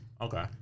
Okay